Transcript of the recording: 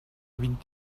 vint